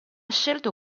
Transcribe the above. scelto